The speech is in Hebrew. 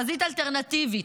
חזית אלטרנטיבית,